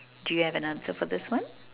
do you have an answer for this one